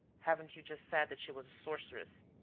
haven't you just said that she was a sorceress?